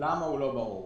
למה הוא לא ברור: